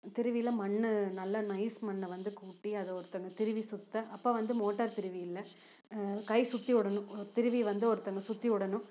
திருவிழ மண்ணு நல்லா நைஸ் மண்னை வந்து கூட்டி அதை ஒருத்தங்க திருவி சுற்ற அப்போ வந்து மோட்டார் திருவி இல்லை கை சுற்றி விடனும் திருவியை வந்து ஒருத்தங்க சுற்றி விடனும்